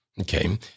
Okay